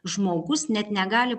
žmogus net negali